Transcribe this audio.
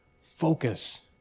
focus